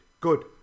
Good